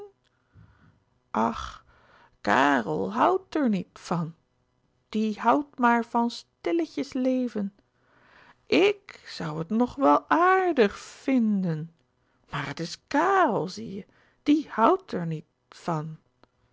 ach kàrel houdt er niet van die houdt maar van stilletjes leven i k zoû het nog wel aardig v i n d e n maar het is kàrel zie je die houdt er niet van